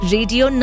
Radio